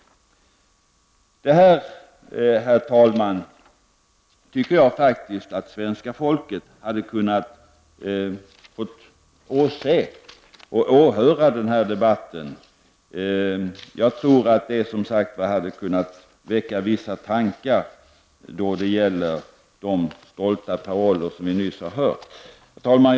Det här, herr talman, tycker jag faktiskt att svenska folket hade kunnat få åhöra i denna debatt. Jag tror att det hade kunnat väcka vissa tankar då det gäller de stolta paroller som vi nyss har hört. Herr talman!